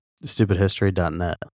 stupidhistory.net